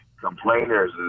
complainers